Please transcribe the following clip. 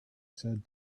said